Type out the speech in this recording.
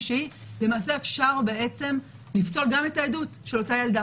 למעשה אפשר בעצם לפסול גם את העדות של אותו הילד.